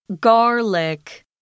Garlic